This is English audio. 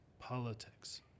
politics